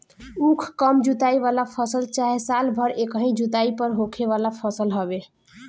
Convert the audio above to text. उख कम जुताई वाला फसल चाहे साल भर एकही जुताई पर होखे वाला फसल हवे